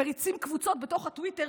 מריצים קבוצות בתוך הטוויטר,